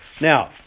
Now